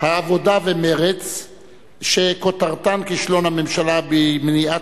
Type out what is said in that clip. העבודה ומרצ שכותרתה: כישלון הממשלה במניעת